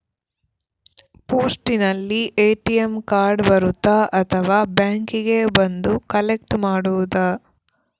ಪೋಸ್ಟಿನಲ್ಲಿ ATM card ಬರುತ್ತಾ ಅಥವಾ ಬ್ಯಾಂಕಿಗೆ ಬಂದು ಕಲೆಕ್ಟ್ ಮಾಡುವುದು?